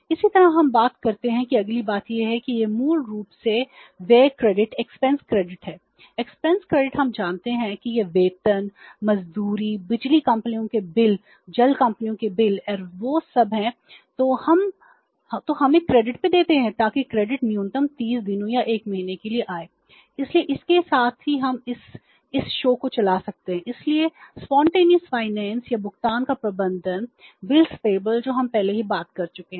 इसी तरह हम बात करते हैं कि अगली बात यह है कि ये मूल रूप से व्यय क्रेडिट की तरह हैं